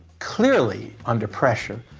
clearly under pressure.